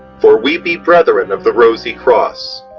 for we be brethren of the rosie cross,